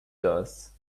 does